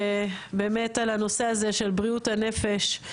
באמת על הנושא הזה של בריאות הנפש.